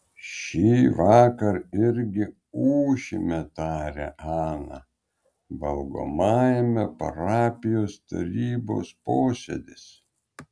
šįvakar irgi ūšime tarė ana valgomajame parapijos tarybos posėdis